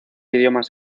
idiomas